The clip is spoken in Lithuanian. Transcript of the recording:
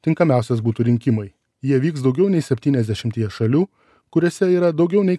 tinkamiausias būtų rinkimai jie vyks daugiau nei septyniasdešimtyje šalių kuriose yra daugiau nei